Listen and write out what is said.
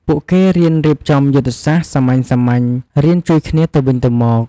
ពួកគេរៀនរៀបចំយុទ្ធសាស្ត្រសាមញ្ញៗ រៀនជួយគ្នាទៅវិញទៅមក។